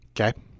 Okay